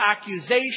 accusation